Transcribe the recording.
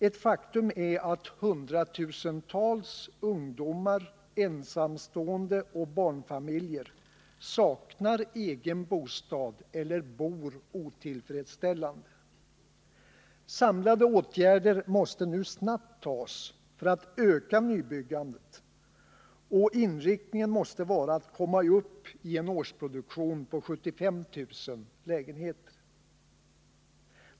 Ett faktum är att hundratusentals ungdomar, ensamstående och barnfamiljer saknar egen bostad eller bor otillfredsställande. Samlade åtgärder måste nu snabbt vidtas för att öka nybyggandet, och inriktningen måste vara att komma upp i en årsproduktion av 75 000 lägenheter.